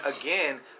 again